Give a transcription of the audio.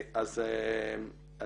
אני